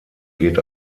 geht